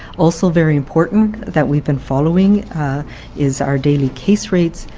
also very important that we've been following is our daily case rates,